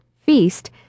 Feast